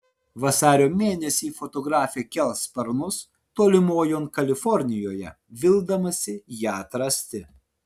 vasario mėnesį fotografė kels sparnus tolimojon kalifornijoje vildamasi ją atrasti